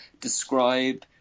describe